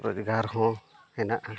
ᱨᱳᱡᱽᱜᱟᱨ ᱦᱚᱸ ᱦᱮᱱᱟᱜᱼᱟ